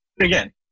again